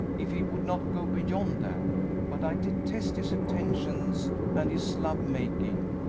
if he would not go beyond that but i detest his attentions and his love-making,